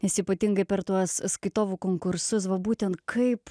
nes ypatingai per tuos skaitovų konkursus va būtent kaip